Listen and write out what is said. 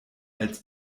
als